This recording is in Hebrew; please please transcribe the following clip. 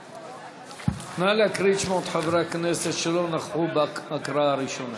בעד נא להקריא שוב את שמות חברי הכנסת שלא נכחו בהקראה הראשונה.